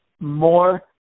more